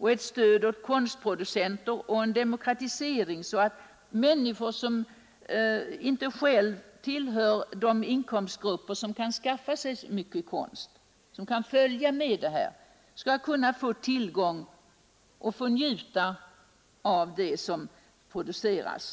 och distribution av konst och en demokratisering, så att de många människorna, som inte själva tillhör de inkomstgrupper som kan skaffa sig konst, skall få tillgång till konst och kunna få njuta av den konst som produceras.